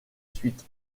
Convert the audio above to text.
suite